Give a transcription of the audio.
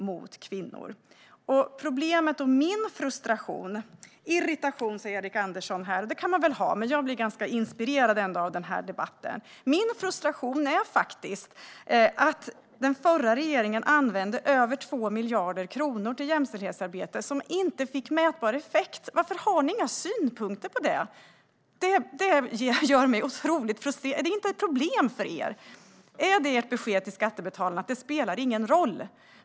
Min frustration - irritation, säger Erik Andersson, men faktum är att jag blir ganska inspirerad av den här debatten - är faktiskt att den förra regeringen använde över 2 miljarder kronor till jämställdhetsarbete som inte fick mätbar effekt. Varför har ni inga synpunkter på det? Detta gör mig otroligt frustrerad. Är det inte ett problem för er? Är det ert besked till skattebetalarna att detta inte spelar någon roll?